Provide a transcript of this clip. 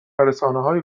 رسانههای